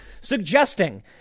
suggesting